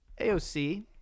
AOC